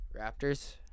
Raptors